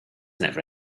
never